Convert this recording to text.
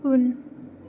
उन